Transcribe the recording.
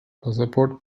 pasaport